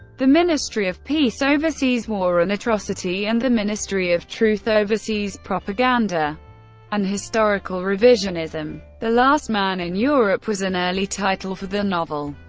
the ministry of peace oversees war and atrocity and the ministry of truth oversees propaganda and historical revisionism. the last man in europe was an early title for the novel,